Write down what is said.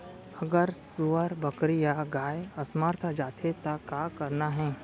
अगर सुअर, बकरी या गाय असमर्थ जाथे ता का करना हे?